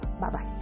Bye-bye